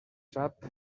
sap